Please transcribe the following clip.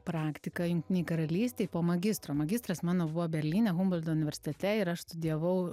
praktiką jungtinei karalystei po magistro magistras mano buvo berlyne humbolto universitete ir aš studijavau